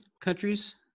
countries